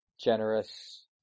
generous